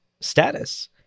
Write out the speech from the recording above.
status